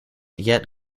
yet